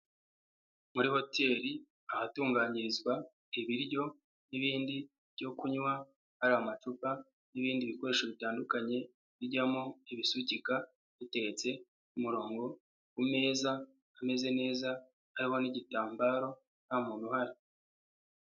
Muri hotel ahatunganyirizwa ibiryo n'ibindi byo kunywa, hari amacupa n'ibindi bikoresho bitandukanye bijyamo ibisukika, biteretse ku murongo, ku meza ameze neza, hariho n'igitambaro, nta muntu uhari.